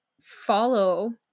follow